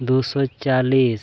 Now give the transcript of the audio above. ᱫᱩᱥᱚ ᱪᱟᱹᱞᱤᱥ